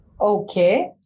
Okay